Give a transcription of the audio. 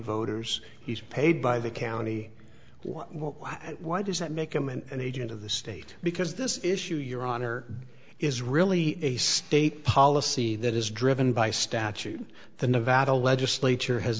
voters he's paid by the county well why why does that make him and agent of the state because this issue your honor is really a state policy that is driven by statute the nevada legislature has